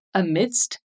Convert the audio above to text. amidst